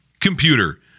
computer